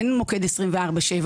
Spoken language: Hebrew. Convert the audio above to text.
אין מוקד 24/7,